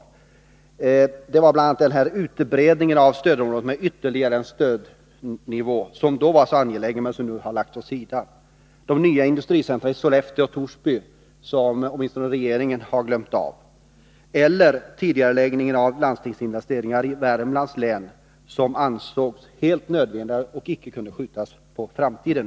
Det gällde bl.a. frågan om utbredningen av stödområdet med ytterligare en stödnivå, som då var så angelägen men som nu har lagts åt sidan. Det gäller de nya industricentra i Sollefteå och Torsby, som regeringen har glömt av. Och det gäller tidigareläggningen av landstingsinvesteringar i Värmlands län, som ansågs helt nödvändiga och inte kunde skjutas på framtiden.